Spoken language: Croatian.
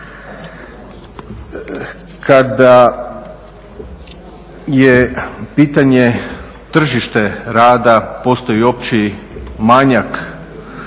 Kada je pitanje tržište rada postoji opći manjak